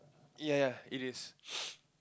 ya ya it is